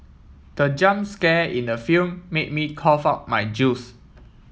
the jump scare in the film made me cough out my juice